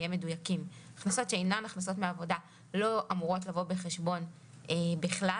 נהיה מדויקים לא אמורות לבוא בחשבון בכלל